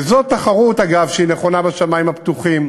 וזאת תחרות, אגב, שהיא נכונה ב"שמים הפתוחים";